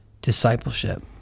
discipleship